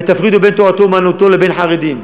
ותפרידו בין תורתו-אומנותו לבין חרדים.